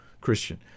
Christian